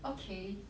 okay maybe